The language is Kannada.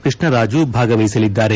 ಕೃಷ್ಣ ರಾಜು ಭಾಗವಹಿಸಲಿದ್ದಾರೆ